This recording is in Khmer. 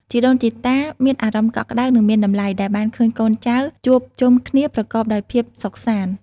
ជីដូនជីតាមានអារម្មណ៍កក់ក្តៅ និងមានតម្លៃ ដែលបានឃើញកូនចៅជួបជុំគ្នាប្រកបដោយភាពសុខសាន្ត។